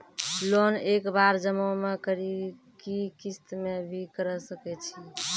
Loan एक बार जमा म करि कि किस्त मे भी करऽ सके छि?